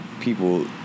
people